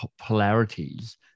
polarities